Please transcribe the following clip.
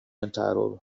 entitled